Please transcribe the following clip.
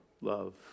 love